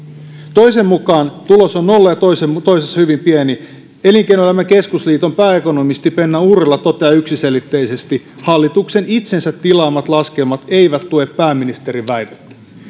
toisen mukaan tulos on nolla ja toisen mukaan hyvin pieni elinkeinoelämän keskusliiton pääekonomisti penna urrila toteaa yksiselitteisesti hallituksen itsensä tilaamat laskelmat eivät tue pääministerin väitettä